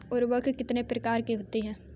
उर्वरक कितने प्रकार के होते हैं?